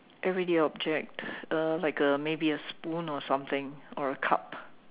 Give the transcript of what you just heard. everyday object uh like a maybe a spoon or something or a cup